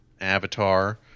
Avatar